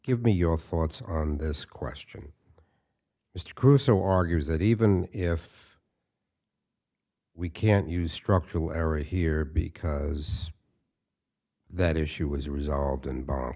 give me your thoughts on this question mr crusoe argues that even if we can't use structural area here because that issue was resolved in b